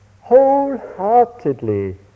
wholeheartedly